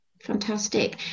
fantastic